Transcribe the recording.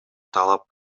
талап